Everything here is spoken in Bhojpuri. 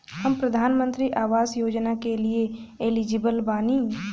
हम प्रधानमंत्री आवास योजना के लिए एलिजिबल बनी?